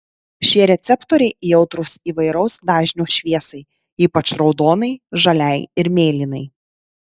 šie receptoriai jautrūs įvairaus dažnio šviesai ypač raudonai žaliai ir mėlynai